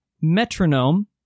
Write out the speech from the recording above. metronome